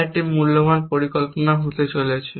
তা একটি মূল্যবান পরিকল্পনা হতে চলেছে